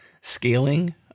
Scaling